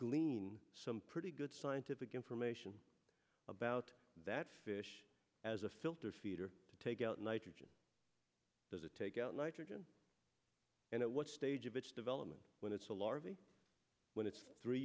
glean some pretty good scientific information about that fish as a filter feeder to take out nitrogen does it take out nitrogen and at what stage of its development when it's a larvae when it's three